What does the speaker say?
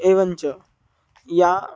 एवञ्च या